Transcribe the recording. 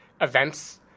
events